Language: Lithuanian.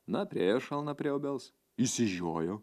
na priėjo šalna prie obels išsižiojo